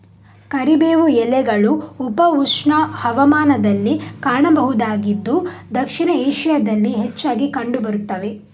ಕರಿಬೇವು ಎಲೆಗಳು ಉಪ ಉಷ್ಣ ಹವಾಮಾನದಲ್ಲಿ ಕಾಣಬಹುದಾಗಿದ್ದು ದಕ್ಷಿಣ ಏಷ್ಯಾದಲ್ಲಿ ಹೆಚ್ಚಾಗಿ ಕಂಡು ಬರುತ್ತವೆ